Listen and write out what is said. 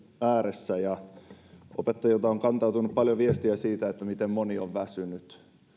ääressä ja opettajilta on kantautunut paljon viestiä siitä miten moni on väsynyt